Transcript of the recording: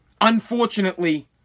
Unfortunately